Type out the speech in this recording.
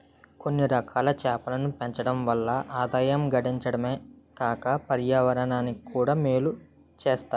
కొన్నిరకాల చేపలను పెంచడం వల్ల ఆదాయం గడించడమే కాక పర్యావరణానికి కూడా మేలు సేత్తాయి